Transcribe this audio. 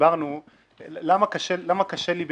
למה קשה לי באמת?